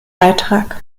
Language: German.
beitrag